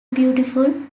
beautiful